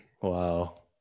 Wow